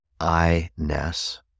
I-ness